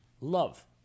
love